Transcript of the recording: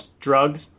drugs